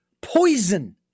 poison